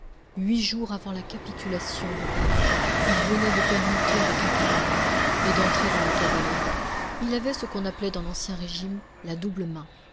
huit jours avant la capitulation de paris il venait de permuter avec un camarade et d'entrer dans la cavalerie il avait ce qu'on appelait dans l'ancien régime la